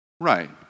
Right